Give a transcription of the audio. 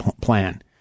plan